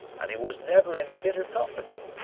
and e was never in fitter company.